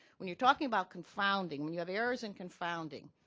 when you're talking about confounding, when you have errors in confounding,